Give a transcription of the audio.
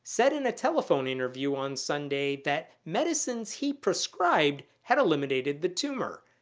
said in a telephone interview on sunday that medicines he prescribed had eliminated the tumor.